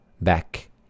back